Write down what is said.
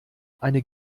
eine